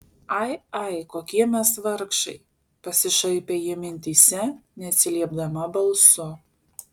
ai ai kokie mes vargšai pasišaipė ji mintyse neatsiliepdama balsu